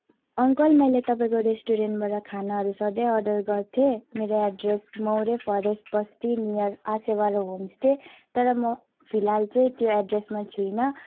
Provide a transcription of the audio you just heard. uncle मैले तपाईँको रेस्टुरेन्टबाट खानाहरू सधैँ अर्डर गर्थेँ मेरो एड्रेस मौरे फरेस्ट बस्ती नियर आ सोवारो होमस्टे तर म फिलहाल चाहिँ त्यो एड्रेसमा छुइनँ